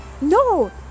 No